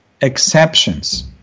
exceptions